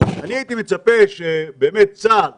צה"ל